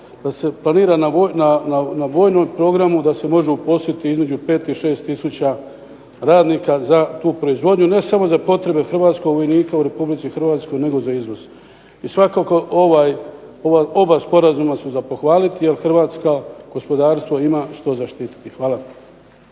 da se planira na vojnom programu da se može uposliti između 5 i 6 tisuća radnika za tu proizvodnju, ne samo za potrebe hrvatskog vojnika u Republici Hrvatskoj, nego za izvoz. I svakako ovaj, ova oba sporazuma su za pohvaliti jer Hrvatska gospodarstvo ima što zaštititi. Hvala.